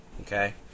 okay